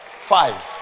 five